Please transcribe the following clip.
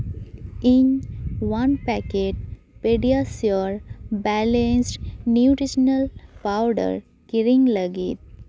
ᱤᱧ ᱚᱣᱟᱱ packet PediaSure balanced nutritional powder ᱠᱤᱨᱤᱧ ᱞᱟᱹᱜᱤᱫ